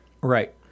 Right